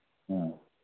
ꯑꯥ